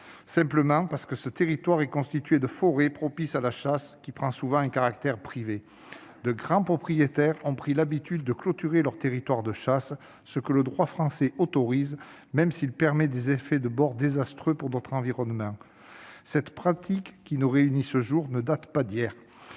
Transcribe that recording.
simplement parce que ce territoire est constitué de forêts propices à la chasse, laquelle prend souvent un caractère privé. De grands propriétaires ont pris l'habitude de clôturer leurs territoires de chasse, ce que le droit français autorise, malgré des effets de bord désastreux pour notre environnement. Cette pratique, face à laquelle nous sommes